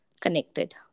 connected